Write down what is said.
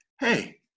hey